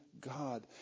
God